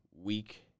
week